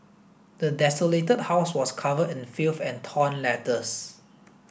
the desolated house was covered in a filth and torn letters